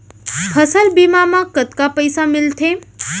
फसल बीमा म कतका पइसा मिलथे?